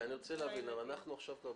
אנחנו עכשיו כבר